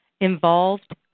involved